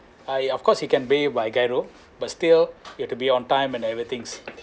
I of course you can pay by gyro but still you have to be on time and every things